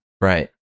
Right